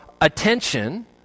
attention